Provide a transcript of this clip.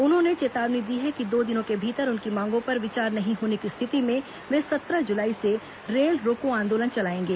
उन्होंने चेतावनी दी है कि दो दिनों के भीतर उनकी मांगों पर विचार नहीं होने की स्थिति में वे सत्रह जुलाई से रेल रोको आंदोलन चलाएंगे